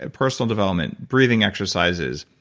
ah personal development, breathing exercises,